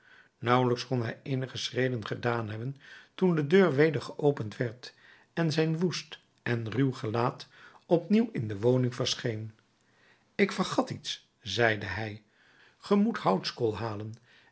nauwelijks kon hij eenige schreden gedaan hebben toen de deur weder geopend werd en zijn woest en ruw gezicht opnieuw in de woning verscheen ik vergat iets zeide hij ge moet houtskool halen